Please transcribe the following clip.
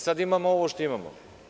Sada imamo ovo što imamo.